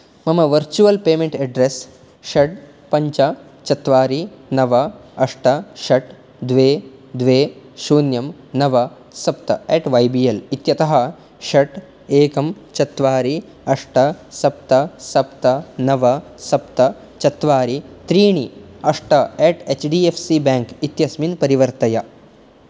मम virtual payment address षड् पञ्च चत्वारि नव अष्ट षट् द्वे द्वे शून्यं नव सप्त एट् वै बि एल् इत्यतः षट् एकं चत्वारि अष्ट सप्त सप्त नव सप्त चत्वारि त्रीणि अष्ट at H D F C bank इत्यस्मिन् परिवर्तय